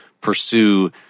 pursue